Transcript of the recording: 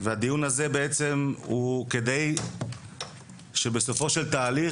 והדיון הזה בעצם הוא כדי שבסופו של תהליך,